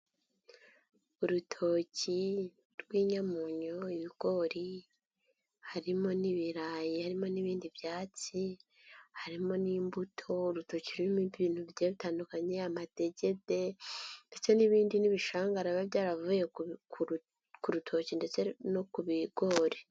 Urutoki rw'inyamunyu, ibigori, harimo n'ibirayi, harimo n'ibindi byatsi, harimo n'imbuto, urutoki rurimo ibintu bigiye bitandukanye, amadegede ndetse n'ibindi n'ibishanga biba byaravuye ku rutoki ndetse no ku bigori.